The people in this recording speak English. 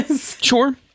Sure